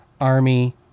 Army